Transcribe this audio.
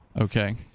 Okay